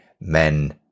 men